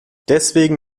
deswegen